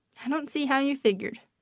i don't see how you figured.